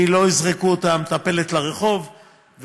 כי לא יזרקו את המטפלת לרחוב.